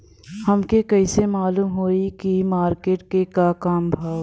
हमके कइसे मालूम होई की मार्केट के का भाव ह?